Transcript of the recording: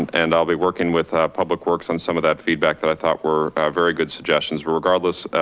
and i'll be working with public works on some of that feedback that i thought were very good suggestions. but regardless,